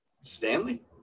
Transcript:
Stanley